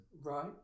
right